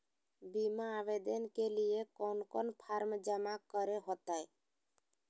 बीमा आवेदन के लिए कोन कोन फॉर्म जमा करें होते